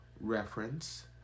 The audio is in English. reference